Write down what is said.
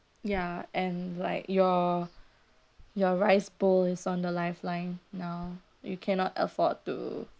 ya and like your your rice bowl is on the lifeline now you cannot afford to